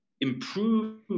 improve